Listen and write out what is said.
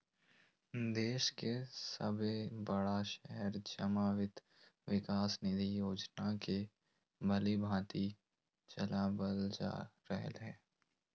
देश के सभे बड़ा शहर में जमा वित्त विकास निधि योजना के भलीभांति चलाबल जा रहले हें